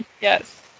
Yes